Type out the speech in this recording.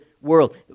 world